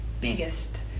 biggest